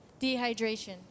Dehydration